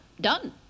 Done